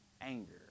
anger